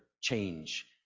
change